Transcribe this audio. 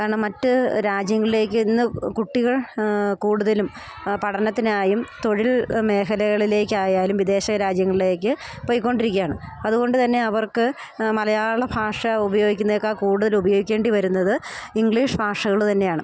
കാരണം മറ്റ് രാജ്യങ്ങൾലേക്ക് ഇന്ന് കുട്ടികൾ കൂടുതലും പഠനത്തിനായും തൊഴിൽ മേഖലകളിലേക്ക് ആയാലും വിദേശ രാജ്യങ്ങളിലേക്ക് പോയി കൊണ്ടിരിക്കുക ആണ് അത്കൊണ്ട് തന്നെ അവർക്ക് മലയാള ഭാഷ ഉപയോഗിക്കുന്നതിനേക്കാൾ കൂടുതൽ ഉപയോഗിക്കേണ്ടി വരുന്നത് ഇംഗ്ലീഷ് ഭാഷകൾ തന്നെയാണ്